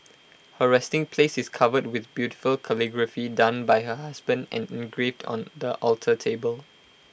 her resting places is covered with beautiful calligraphy done by her husband and engraved on the alter table